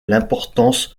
l’importance